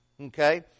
Okay